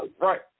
Right